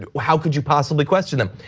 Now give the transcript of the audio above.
how could you possibly question them?